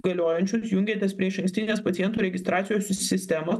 galiojančius jungiatės prie išankstinės pacientų registracijos sistemos